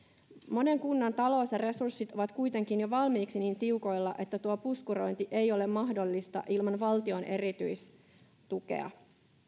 monen kunnan talous ja resurssit ovat kuitenkin jo valmiiksi niin tiukoilla että tuo puskurointi ei ole mahdollista ilman valtion erityistukea